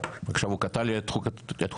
הוא קטע לי את חוט המחשבה.